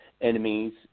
enemies